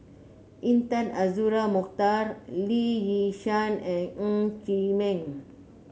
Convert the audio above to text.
Intan Azura Mokhtar Lee Yi Shyan and Ng Chee Meng